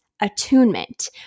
attunement